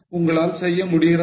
உங்களால் செய்ய முடிகிறதா